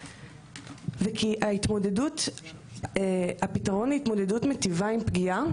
וכי הפתרון להתמודדות מיטיבה עם פגיעה